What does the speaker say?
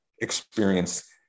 experience